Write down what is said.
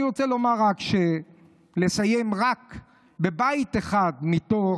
אני רוצה לסיים רק בבית אחד מתוך